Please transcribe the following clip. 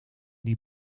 die